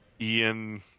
Ian